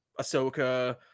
ahsoka